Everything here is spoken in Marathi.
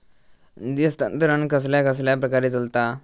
निधी हस्तांतरण कसल्या कसल्या प्रकारे चलता?